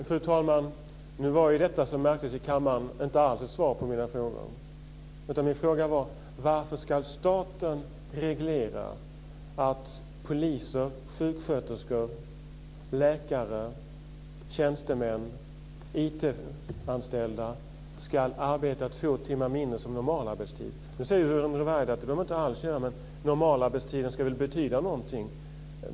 Fru talman! Nu var detta, som märktes i kammaren, inte alls svar på mina frågor. Min fråga var: Varför ska staten reglera att poliser, sjuksköterskor, läkare, tjänstemän och IT-anställda ska arbeta två timmar mindre som normalarbetstid? Nu säger Yvonne Ruwaida att de inte alls behöver göra det. Men normalarbetstiden ska väl betyda någonting?